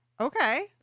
Okay